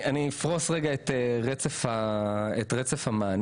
אני אפרוש רגע את רצף המענים.